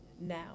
now